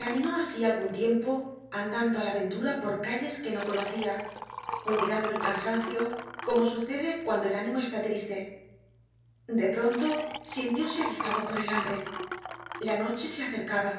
caminó asi algun tiempo andando á la ventura por calles que no conocia olvidando el cansancio como sucede cuando el ánimo está triste de pronto sintióse aguijado por el hambre la noche se acercaba